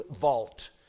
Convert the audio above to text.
vault